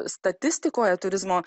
statistikoje turizmo